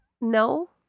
No